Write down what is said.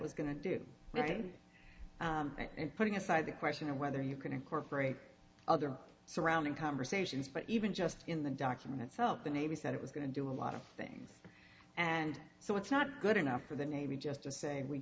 was going to do then and putting aside the question of whether you can incorporate other surrounding conversations but even just in the document itself the navy said it was going to do a lot of things and so it's not good enough for the navy just to say